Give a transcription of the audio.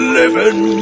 living